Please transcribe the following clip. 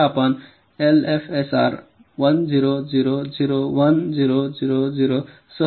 समजा आपण एलएफएसआरला 1 0 0 0 1 0 0 0